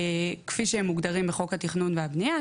כפי שהם מוגדרים בחוק התכנון והבנייה,